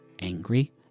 angry